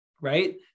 right